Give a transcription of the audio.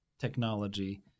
technology